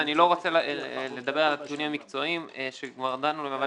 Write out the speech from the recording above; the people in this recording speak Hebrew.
ואני לא רוצה לדבר על הנתונים המקצועיים שכבר דנו לגביהם אבל